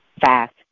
fast